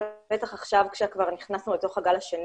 בטח עכשיו, כשכבר נכנסנו לגל השני